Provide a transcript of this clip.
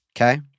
okay